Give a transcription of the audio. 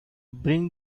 bring